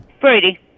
Brady